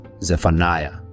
Zephaniah